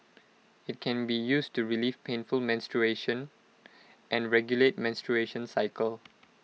IT can be used to relieve painful menstruation and regulate menstruation cycle